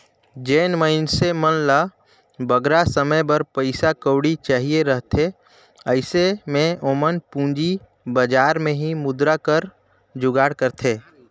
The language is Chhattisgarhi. जेन मइनसे मन ल बगरा समे बर पइसा कउड़ी चाहिए रहथे अइसे में ओमन पूंजी बजार में ही मुद्रा कर जुगाड़ करथे